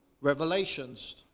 Revelations